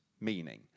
meaning